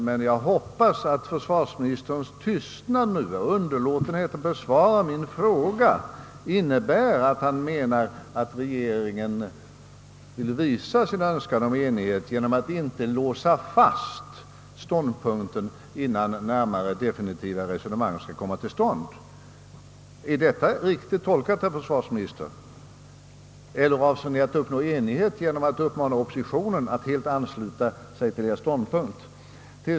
Men jag hoppas att försvarsministerns underlåtenhet ätt besvara min fråga innebär att han menar att regeringen vill visa sin önskan om enighet genom att inte låsa fast sin ståndpunkt innan närmare definitiva resonemang kommer till stånd. Är detta riktigt tolkat, herr finansminister? Eller avser ni att uppnå enighet genom att uppmana oppositionen att helt ansluta sig till er ståndpunkt?